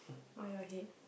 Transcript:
why you all hate